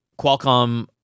Qualcomm